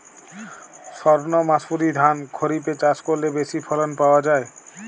সর্ণমাসুরি ধান খরিপে চাষ করলে বেশি ফলন পাওয়া যায়?